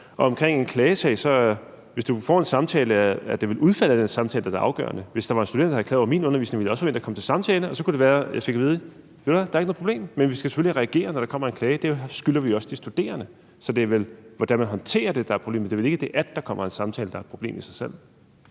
Omkring en klagesag vil jeg sige, at hvis du bliver kaldt til samtale, er det vel udfaldet af den samtale, der er det afgørende. Hvis der var en student, der havde klaget over min undervisning, ville jeg også forvente at komme til samtale, og så kunne det være, at jeg fik at vide: Ved du hvad, der er ikke noget problem, men vi skal selvfølgelig reagere, når der kommer en klage, for det skylder vi også de studerende. Så det er vel, hvordan man håndterer det, der er problemet, det er vel ikke det, at der kommer en samtale i sig selv,